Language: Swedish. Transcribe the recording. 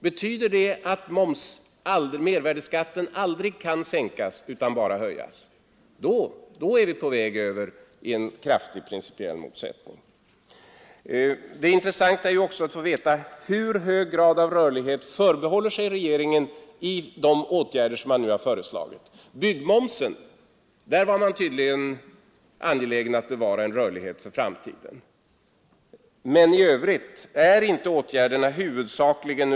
Betyder det att mervärdeskatten aldrig kan sänkas utan bara höjas? Då är vi på väg över i en kraftig principiell motsättning. Det intressanta är också att få veta hur hög grad av rörlighet regeringen förbehåller sig i de åtgärder som den nu har föreslagit. I fråga om byggmomsen är man tydligen beredd att bevara rörligheten för Nr 14 framtiden.